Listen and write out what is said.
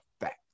fact